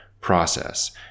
process